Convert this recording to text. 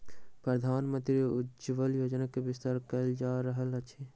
प्रधानमंत्री उज्ज्वला योजना के विस्तार कयल जा रहल अछि